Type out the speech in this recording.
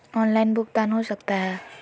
Online भुगतान हो सकता है?